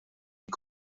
est